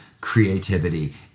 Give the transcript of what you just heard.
creativity